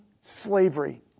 slavery